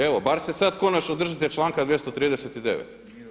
Evo bar se sad konačno držite članka 239.